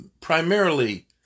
primarily